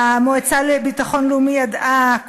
המועצה לביטחון לאומי ידעה,